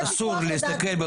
זה פיקוח לדעתי.